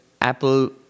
apple